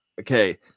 okay